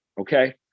Okay